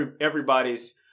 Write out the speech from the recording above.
everybody's